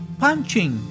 punching